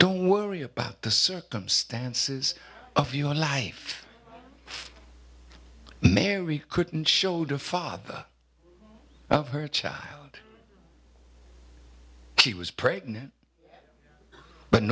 don't worry about the circumstances of your life mary couldn't show the father of her child she was pregnant but